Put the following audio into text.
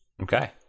Okay